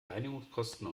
reinigungskosten